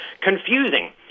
confusing